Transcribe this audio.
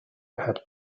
had